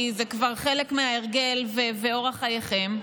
כי זה כבר חלק מההרגל ואורח חייכם,